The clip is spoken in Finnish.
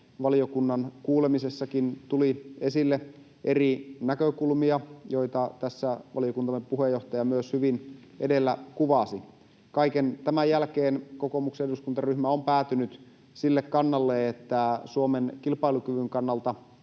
valiokunnan kuulemisessakin tuli esille eri näkökulmia, joita tässä valiokuntamme puheenjohtaja myös hyvin edellä kuvasi. Kaiken tämän jälkeen kokoomuksen eduskuntaryhmä on päätynyt sille kannalle, että Suomen kilpailukyvyn kannalta